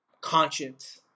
conscience